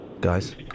Guys